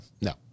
No